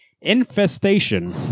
Infestation